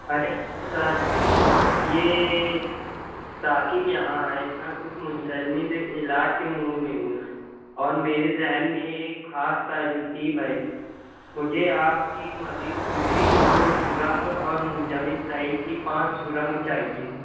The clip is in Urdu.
ارے سر یہ ساقب یہاں آئے میں کچھ منجمد علاج کے موڈ میں ہوں اور میرے ذہن میں ایک خاص ترکیب ہے مجھے آپ کی مزید کُلفی کی دو سورنگ اور منجمد دہی کی پانچ سورنگ چاہیے